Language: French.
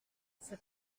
cet